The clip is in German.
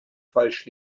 falsch